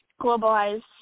globalized